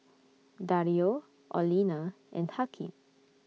Dario Orlena and Hakeem